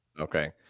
Okay